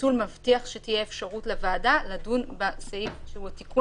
הפיצול מבטיח שתהיה אפשרות לוועדה לדון בסעיף שהוא התיקון העקיף